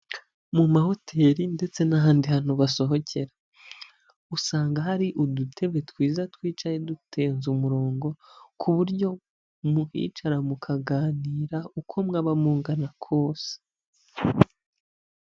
Mu mahoteri ndetse n'ahandi hantu basohokera usanga hari udute twiza twicaye dutonze umurongo ku buryo muhicara mukaganira uko mwaba mungana kose.